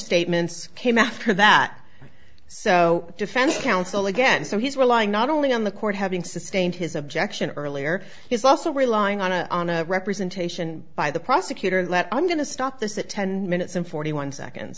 statements came after that so defense counsel again so he's relying not only on the court having sustained his objection earlier he's also relying on a on a representation by the prosecutor let i'm going to stop this at ten minutes and forty one seconds